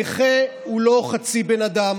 נכה הוא לא חצי בן אדם